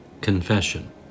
Confession